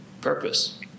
purpose